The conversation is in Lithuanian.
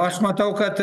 aš matau kad